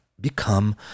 become